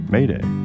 Mayday